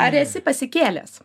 ar esi pasikėlęs